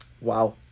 Wow